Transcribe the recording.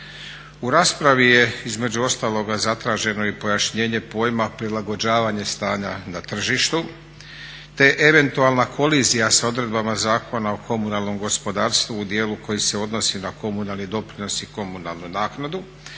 U raspravi je između ostaloga zatraženo i pojašnjenje pojma prilagođavanje stanja na tržištu, te eventualna kolizija s odredbama Zakona o komunalnom gospodarstvu u dijelu koji se odnosi na komunalni doprinos i komunalnu naknadu,